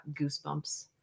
goosebumps